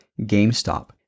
GameStop